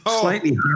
Slightly